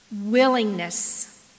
Willingness